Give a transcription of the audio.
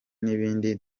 n’ibindi